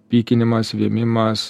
pykinimas vėmimas